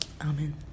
Amen